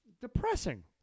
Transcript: Depressing